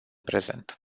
prezent